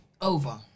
Over